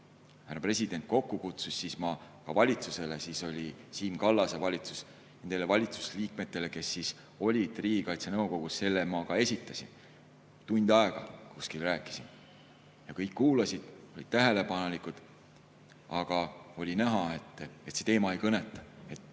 härra president kokku kutsus, siis ma ka valitsusele – siis oli Siim Kallase valitsus –, valitsuse liikmetele, kes olid Riigikaitse Nõukogus, esitasin selle. Tund aega kuskil rääkisin ja kõik kuulasid tähelepanelikult. Aga oli näha, et see teema ei kõneta, et